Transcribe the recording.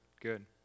good